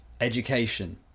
education